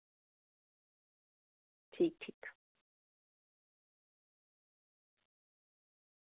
ठीक ठीक